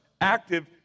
active